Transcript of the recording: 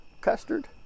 Custard